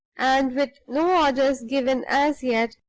and with no orders given as yet,